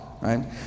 right